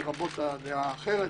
לרבות הדעה האחרת.